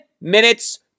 minutes